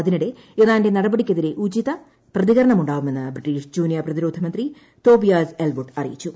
അതിനിടെ ഇറാന്റെ നടപടിക്കെതിരെ ഉചിത പ്രതികരണം ഉണ്ടാവുമെന്ന് ബ്രിട്ടീഷ് ജൂനിയർ പ്രതിരോധ മന്ത്രി തോബിയാസ് എൽവുഡ് അറിയിച്ചു